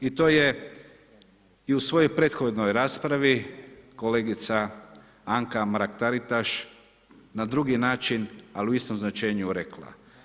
I to je i u svojoj prethodnoj raspravi kolegica Anka Mrak-Taritaš na drugi način, ali u istom značenju rekla.